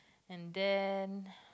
and then